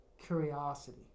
curiosity